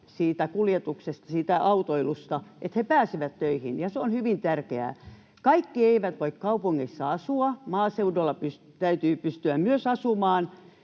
siitä kuljetuksesta, siitä autoilusta, että he pääsevät töihin, ja se on hyvin tärkeää. Kaikki eivät voi kaupungeissa asua, myös maaseudulla täytyy pystyä asumaan,